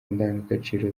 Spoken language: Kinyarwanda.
ndangagaciro